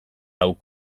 lau